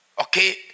Okay